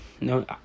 No